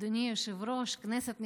אדוני היושב-ראש, כנסת נכבדה,